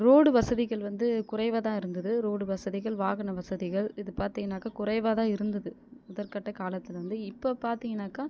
road வசதிகள் வந்து குறைவாக தான் இருந்தது ரோடு வசதிகள் வாகன வசதிகள் இதைப் பார்த்தீங்கன்னாக்க குறைவாக தான் இருந்தது முதற்கட்ட காலத்தில் வந்து இப்போது பார்த்தீங்கன்னாக்க